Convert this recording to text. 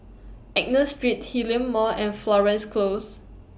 Street Hillion Mall and Florence Close